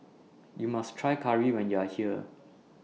YOU must Try Curry when YOU Are here